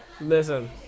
Listen